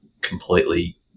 completely